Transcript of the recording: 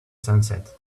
sunset